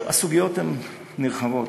הסוגיות הן נרחבות,